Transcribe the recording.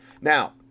Now